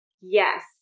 Yes